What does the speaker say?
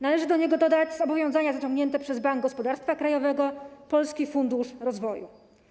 Należy do niego dodać zobowiązania zaciągnięte przez Bank Gospodarstwa Krajowego i Polski Fundusz Rozwoju.